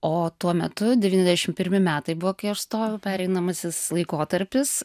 o tuo metu devyniasdešimt pirmi metai buvo kai aš stojau pereinamasis laikotarpis